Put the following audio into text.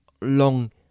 long